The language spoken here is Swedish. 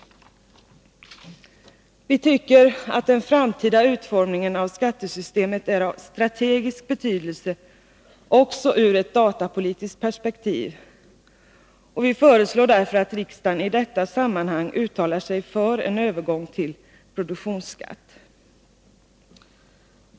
Vi tycker att den framtida utformningen av skattesystemet är av strategisk betydelse, också ur ett datapolitiskt perspektiv. Vi föreslår därför att riksdagen i detta sammanhang uttalar sig för en övergång till produktionsskatt.